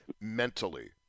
mentally